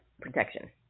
protection